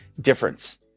difference